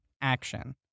action